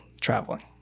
traveling